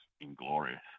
inglorious